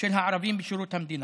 של הערבים בשירות המדינה.